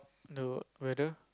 the weather